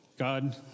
God